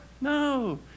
No